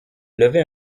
levait